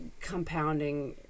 compounding